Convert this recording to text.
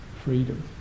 freedom